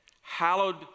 hallowed